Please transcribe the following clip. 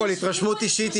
קודם כל התרשמות אישית,